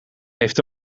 heeft